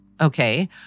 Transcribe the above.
Okay